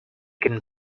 getting